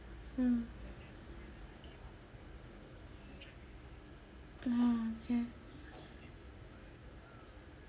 mm oh okay